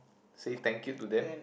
say thank you to them